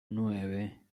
nueve